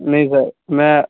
نہیں سر میں